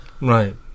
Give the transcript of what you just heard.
Right